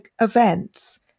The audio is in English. events